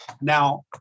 Now